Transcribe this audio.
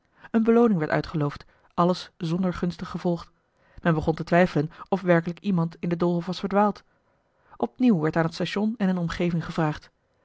eene belooning werd uitgeloofd alles zonder gunstig gevolg men begon te twijfelen of werkelijk iemand in den doolhof was verdwaald op nieuw werd aan het station en in de omgeving gevraagd